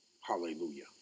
hallelujah